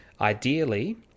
ideally